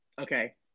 Okay